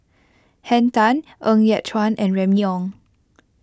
Henn Tan Ng Yat Chuan and Remy Ong